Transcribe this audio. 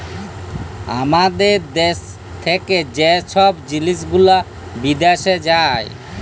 আমাদের দ্যাশ থ্যাকে যে ছব জিলিস গুলা বিদ্যাশে যায়